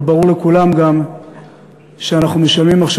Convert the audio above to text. אבל ברור לכולם גם שאנחנו משלמים עכשיו